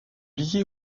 liée